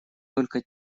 только